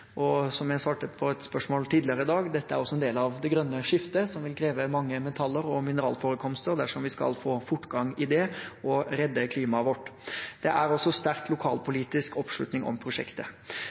og økt verdiskaping. Som jeg svarte på et spørsmål tidligere i dag, er dette også en del av det grønne skiftet, som vil kreve mange metaller og mineralforekomster dersom vi skal få fortgang i det og redde klimaet vårt. Det er også sterk lokalpolitisk oppslutning om prosjektet.